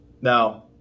Now